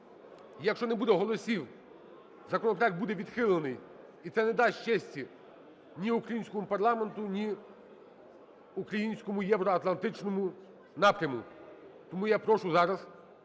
Якщо не буде голосів, законопроект буде відхилений. І це не дасть честі ні українському парламенту, ні українському євроатлантичному напряму. Тому я прошу зараз,